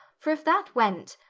for if that went,